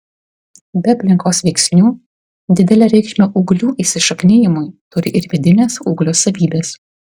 be aplinkos veiksnių didelę reikšmę ūglių įsišaknijimui turi ir vidinės ūglio savybės